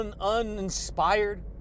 uninspired